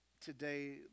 today